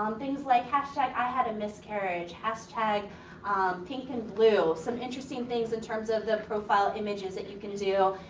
um things like hashtag i had a miscarriage, hashtag pink and blue, some interesting things in terms of the profile images that you can do.